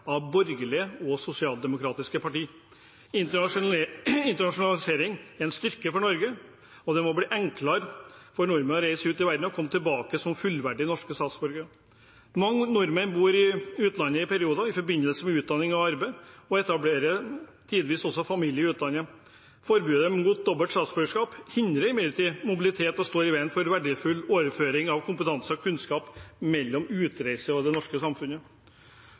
av borgerlige og sosialdemokratiske partier. Internasjonalisering er en styrke for Norge, og det må bli enklere for nordmenn å reise ut i verden og komme tilbake som fullverdige norske statsborgere. Mange nordmenn bor utenlands i perioder, i forbindelse med utdanning og arbeid, og etablerer tidvis også familie i utlandet. Forbudet mot dobbelt statsborgerskap hindrer imidlertid mobilitet og står i veien for verdifull overføring av kompetanse og kunnskap mellom utreiste nordmenn og det norske samfunnet.